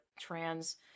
trans